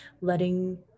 letting